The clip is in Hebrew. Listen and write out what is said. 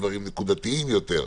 דברים נקודתיים יותר.